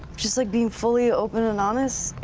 just like being fully open and honest.